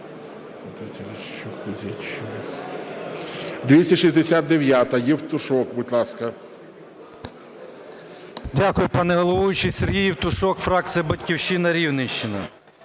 Дякую, пане головуючий. Сергій Євтушок, фракція "Батьківщина", Рівненщина.